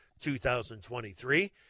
2023